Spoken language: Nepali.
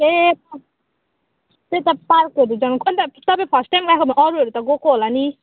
ए त्यही त पार्कहरू जान कता तपाईँ फर्स्ट टाइम गएको अरूहरू त गएको होला नि